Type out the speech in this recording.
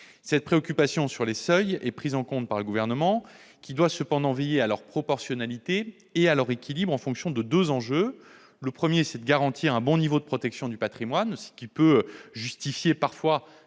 Cette préoccupation concernant les seuils est prise en compte par le Gouvernement, qui doit cependant veiller à leur proportionnalité et à leur équilibre en fonction de deux enjeux : garantir un bon niveau de protection du patrimoine, ce qui peut parfois